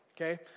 okay